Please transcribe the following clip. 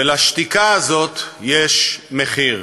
ולשתיקה הזאת יש מחיר,